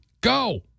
Go